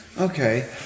Okay